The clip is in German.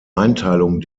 einteilung